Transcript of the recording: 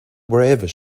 wherever